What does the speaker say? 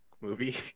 movie